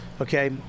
okay